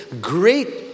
great